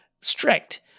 strict